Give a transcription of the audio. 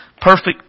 perfect